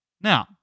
Now